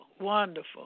wonderful